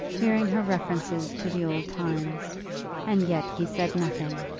hearing her references to the old times and yet he said nothing.